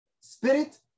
spirit